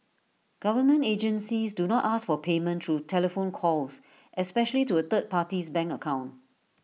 government agencies do not ask for payment through telephone calls especially to A third party's bank account